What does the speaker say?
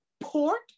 port